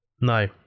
No